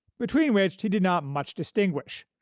between which he did not much distinguish,